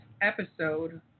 episode